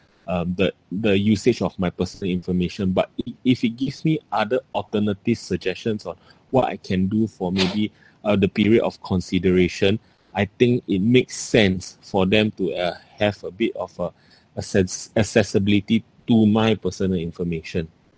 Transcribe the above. uh the the usage of my personal information but if it gives me other alternative suggestions on what I can do for maybe uh the period of consideration I think it makes sense for them to uh have a bit of uh access~ accessibility to my personal information